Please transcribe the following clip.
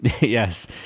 Yes